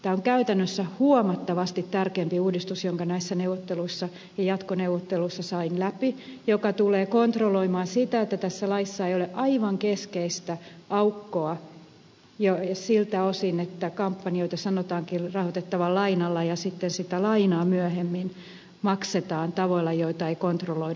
tämä on käytännössä huomattavasti tärkeämpi uudistus jonka näissä neuvotteluissa ja jatkoneuvotteluissa sain läpi joka tulee kontrolloimaan sitä että tässä laissa ei ole aivan keskeistä aukkoa siltä osin että kampanjoita sanotaankin rahoitettavan lainalla ja sitten sitä lainaa myöhemmin maksetaan tavoilla joita ei kontrolloida